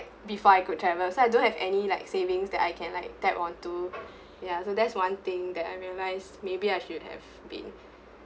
before I could travel so I don't have any like savings that I can like tap onto ya so there's one thing that I realised maybe I should have been